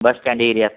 bus stand area